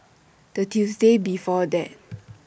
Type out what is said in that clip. The Tuesday before that